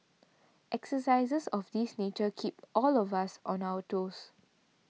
exercises of this nature keep all of us on our toes